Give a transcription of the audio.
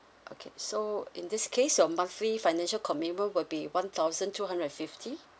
okay so in this case your monthly financial commitment will be one thousand two hundred and fifty